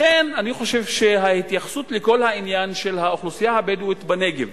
לכן אני חושב שההתייחסות לכל העניין של האוכלוסייה הבדואית בנגב